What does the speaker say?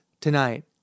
tonight